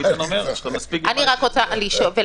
איתן אומר: יש לך מספיק דברים --- אני רק רוצה לשאול ולהבין,